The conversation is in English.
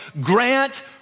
grant